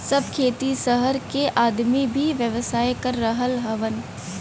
सब खेती सहर के आदमी भी व्यवसाय कर रहल हउवन